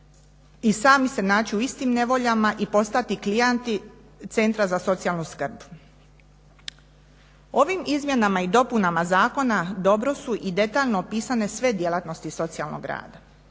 i sami se naći u istim nevoljama i postati klijenti centra za socijalnu skrb. Ovim izmjenama i dopunama dobro su i detaljno opisane sve djelatnosti socijalnog rada,